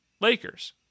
Lakers